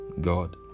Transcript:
God